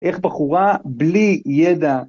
‫איך בחורה בלי ידע...